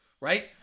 right